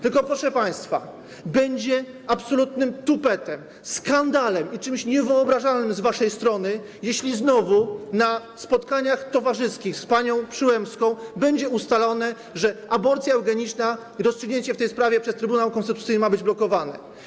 Tylko, proszę państwa, będzie absolutnym tupetem, skandalem i czymś niewyobrażalnym z waszej strony, jeśli znowu na spotkaniach towarzyskich z panią Przyłębską będzie ustalone, że aborcja eugeniczna, rozstrzygnięcie w tej sprawie przez Trybunał Konstytucyjny ma być blokowane.